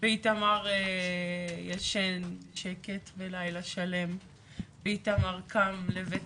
לאיתמר ישן בשקט ללילה שלם ואיתמר קם לבית